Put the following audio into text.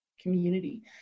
community